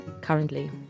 currently